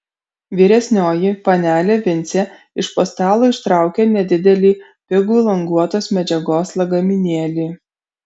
vyresnioji panelė vincė iš po stalo ištraukė nedidelį pigų languotos medžiagos lagaminėlį